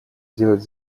сделать